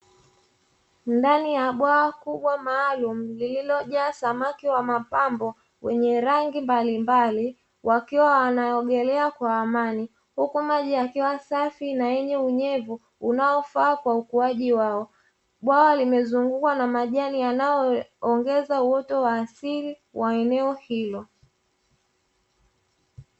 Ndani ya bwawa kubwa maalumu lililojaa samaki wa mapambo wenye rangi mbalimbali wakiwa wanaogelea kwa amani, huku maji yakiwa safi na yenye unyevu unaofaa kwa ukuaji wao, bwawa limezungukwa na majani yanayoongeza uoto wa asili wa eneo hilo.